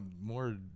more